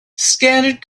scattered